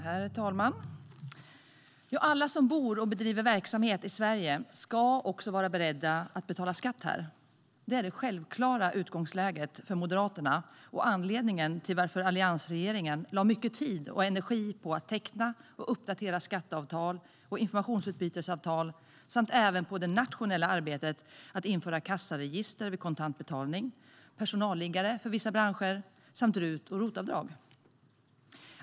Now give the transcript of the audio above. Herr talman! Alla som bor och bedriver verksamhet i Sverige ska också vara beredda att betala skatt här. Det är det självklara utgångsläget för Moderaterna och anledningen till att alliansregeringen lade mycket tid och energi på att teckna och uppdatera skatteavtal och informationsutbytesavtal samt även på det nationella arbetet att införa kassaregister vid kontantbetalning, personalliggare för vissa branscher samt RUT och ROT-avdrag.